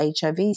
HIV